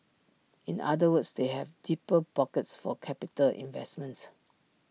in other words they have deeper pockets for capital investments